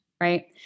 right